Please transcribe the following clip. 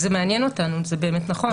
זה מעניין אותנו, זה באמת נכון.